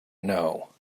know